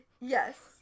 yes